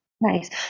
nice